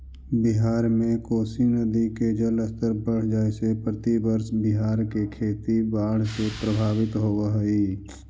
बिहार में कोसी नदी के जलस्तर बढ़ जाए से प्रतिवर्ष बिहार के खेती बाढ़ से प्रभावित होवऽ हई